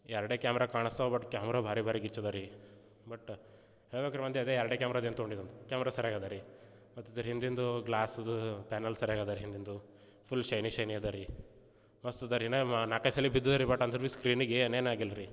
ಎರ್ಡೇ camera ಕಾಣಿಸ್ತಾವೆ but camera ಭಾರಿ ಭಾರಿ ಗಿಚ್ಚ ಇದೆ ರೀ ಬಟ್ ಹೇಳಬೇಕ್ರಿ ಮಂದಿ ಅದೇ ಎರ್ಡೇ ಕ್ಯಾಮರಾ ಅದೇನು ತೊಗೊಂಡೆಯಂತ ಕ್ಯಾಮ್ರ ಸರಿಯಾಗಿ ಇದೆ ರೀ ಮತ್ತು ಅದ್ರ ಹಿಂದಿಂದು ಗ್ಲಾಸ್ ಅದು ಪ್ಯಾನಲ್ ಸರಿಯಾಗಿ ಇದೆ ಹಿಂದಿಂದು ಫುಲ್ ಶೈನಿ ಶೈನಿ ಇದೆ ರೀ ಮಸ್ತ ಅದ ರೀ ಇನ್ನು ಮ ನಾಲ್ಕೈದು ಸಲಿ ಬಿದ್ದಿದೆ ರೀ ಬಟ್ ಅಂದ್ರೂ ಭೀ ಸ್ಕ್ರೀನಿಗೆ ಏನೇನೂ ಆಗಿಲ್ಲ ರೀ